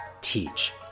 teach